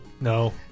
No